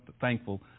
thankful